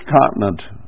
continent